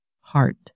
heart